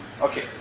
Okay